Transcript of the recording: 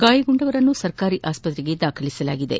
ಗಾಯಗೊಂಡವರನ್ನು ಸರ್ಕಾರಿ ಆಸ್ವತ್ರೆಯಲ್ಲಿ ದಾಖಲಿಸಲಾಗಿದೆ